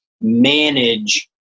manage